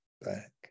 back